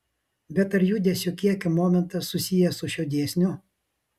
bet ar judesio kiekio momentas susijęs su šiuo dėsniu